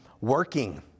working